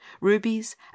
rubies